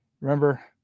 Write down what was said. Remember